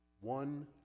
One